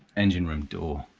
engine room door